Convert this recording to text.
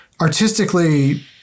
artistically